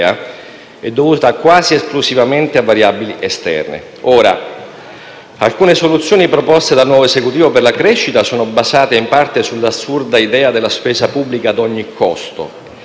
è dovuta quasi esclusivamente a variabili esterne. Ora, alcune soluzioni proposte del nuovo Esecutivo per la crescita sono basate in parte sull'assurda idea della spesa pubblica ad ogni costo